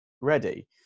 ready